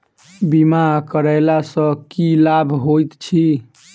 बीमा करैला सअ की लाभ होइत छी?